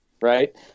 right